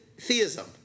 theism